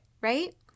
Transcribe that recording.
right